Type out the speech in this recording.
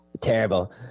Terrible